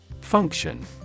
Function